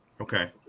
okay